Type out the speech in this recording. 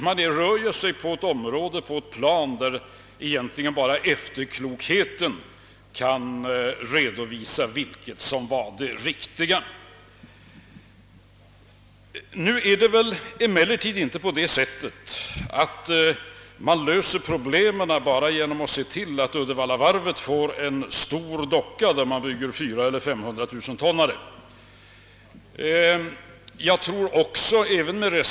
Man rör sig ju på ett plan där egentligen bara efterklok heten kan redovisa vilket som var det riktiga. Nu löser man väl inte problemen enbart med att se till att Uddevallavarvet får en stor docka där det kan byggas 400 000 eller 500 000-tonnare.